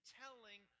telling